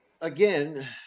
Again